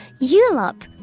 Europe